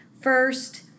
First